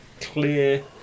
clear